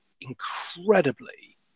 incredibly